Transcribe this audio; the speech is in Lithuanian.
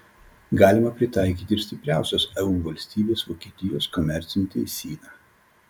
galima pritaikyti ir stipriausios eu valstybės vokietijos komercinį teisyną